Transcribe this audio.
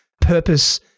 purpose